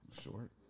Short